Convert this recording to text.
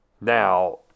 Now